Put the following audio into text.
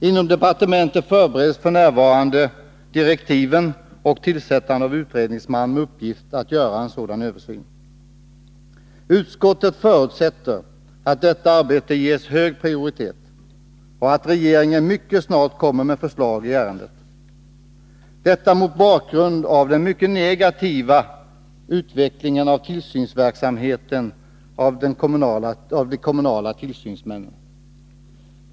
Inom departementet förbereds f.n. direktiven för och tillsättandet av en utredningsman med uppgift att göra en sådan översyn. Utskottet förutsätter att detta arbete ges hög prioritet och att regeringen mycket snart kommer med förslag i ärendet — detta mot bakgrund av den mycket negativa utvecklingen av tillsynsverksamheten av de kommunala tillsynsmännen.